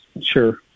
Sure